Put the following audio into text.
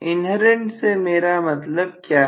inherent से मेरा मतलब क्या है